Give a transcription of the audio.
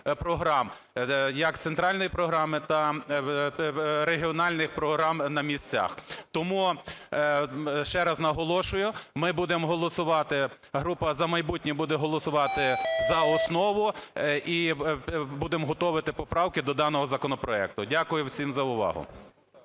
як центральної програми та регіональних програм на місцях. Тому, ще раз наголошую, ми будемо голосувати, група "За майбутнє буде голосувати за основу і будемо готовити поправки до даного законопроекту. Дякую всім за увагу.